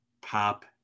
pop